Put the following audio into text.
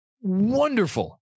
wonderful